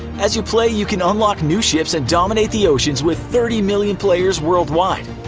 as you play, you can unlock new ships and dominate the oceans with thirty million players worldwide.